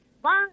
one